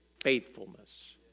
faithfulness